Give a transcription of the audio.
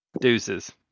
Deuces